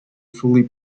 fully